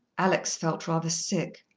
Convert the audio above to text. alex felt rather sick.